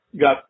Got